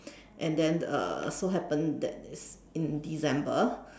and then uh so happen that it's in December